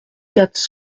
quatre